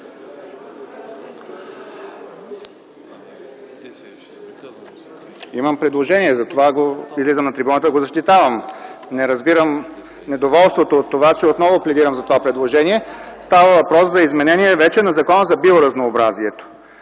Имам предложение, затова излизам на трибуната – да го защитавам. Не разбирам недоволството от това, че отново пледирам за това предложение. Става въпрос за изменение вече на Закона за биоразнообразието.